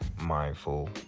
mindful